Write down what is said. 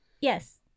Yes